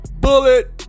bullet